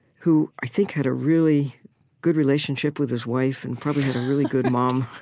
who i think had a really good relationship with his wife and probably had a really good mom